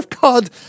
God